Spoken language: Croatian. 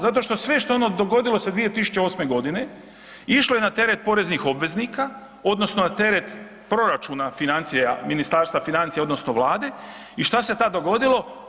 Zato što sve što ono dogodilo se 2008.g. išlo je na teret poreznih obveznika odnosno na teret proračuna financija Ministarstva financija odnosno vlade i šta se tad dogodilo?